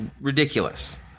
ridiculous